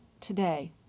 Today